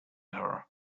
her